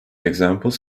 examples